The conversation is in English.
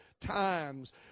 times